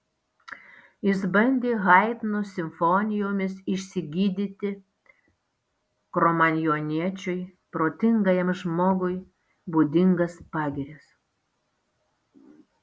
jis bandė haidno simfonijomis išsigydyti kromanjoniečiui protingajam žmogui būdingas pagirias